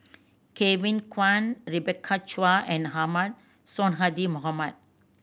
Kevin Kwan Rebecca Chua and Ahmad Sonhadji Mohamad